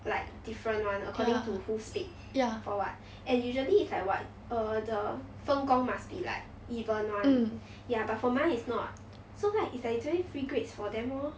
like different one according to who speak for what and usually it's like what err the 分工 must be like even [one] ya but for mine is not so like it's really free grades for them lor